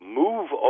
move